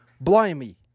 blimey